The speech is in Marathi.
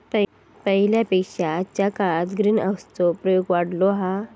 पहिल्या पेक्षा आजच्या काळात ग्रीनहाऊस चो प्रयोग वाढलो हा